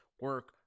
Work